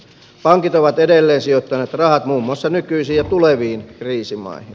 pankit ovat edelleensijoittaneet rahat muun muassa nykyisiin ja tuleviin kriisimaihin